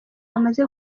bamaze